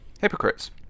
Hypocrites